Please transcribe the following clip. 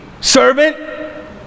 servant